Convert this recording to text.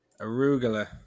arugula